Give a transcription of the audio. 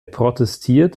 protestiert